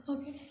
Okay